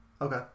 Okay